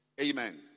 Amen